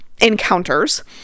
encounters